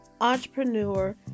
entrepreneur